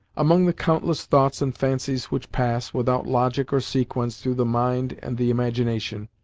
among the countless thoughts and fancies which pass, without logic or sequence, through the mind and the imagination,